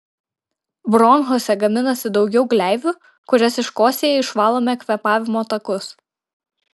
bronchuose gaminasi daugiau gleivių kurias iškosėję išvalome kvėpavimo takus